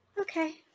Okay